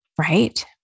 right